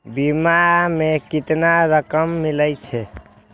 बीमा में केतना रकम मिले छै?